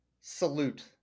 salute